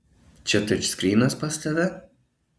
čia tačskrynas pas tave